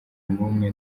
n’umwe